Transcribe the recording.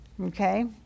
Okay